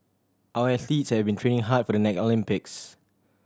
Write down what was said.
our athletes have been training hard for the next Olympics